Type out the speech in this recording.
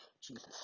Jesus